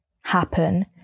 happen